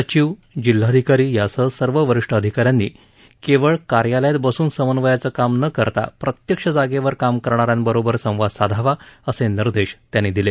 सचिव जिल्हाधिकारी यासह सर्व वरिष्ठ अधिका यांनी केवळ कार्यालयात बसून समन्वयाचं काम न करता प्रत्यक्ष जागेवर काम करणा यांबरोबर संवाद साधावा असे निर्देश त्यांनी दिले